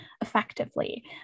effectively